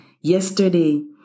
Yesterday